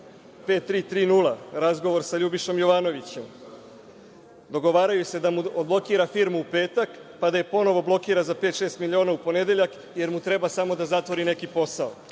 5330, razgovor sa LJubišom Jovanovićem, dogovaraju se da mu odblokira firmu u petak, pa da je ponovo blokira za 5-6 miliona u ponedeljak, jer mu treba samo da zatvori neki posao,